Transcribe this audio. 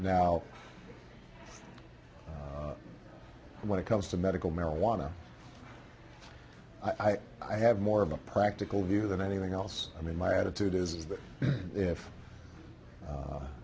week when it comes to medical marijuana i i have more of a practical view than anything else i mean my attitude is